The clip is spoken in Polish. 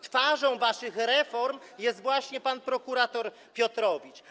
Twarzą waszych reform jest właśnie pan prokurator Piotrowicz.